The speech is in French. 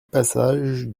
passage